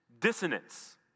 dissonance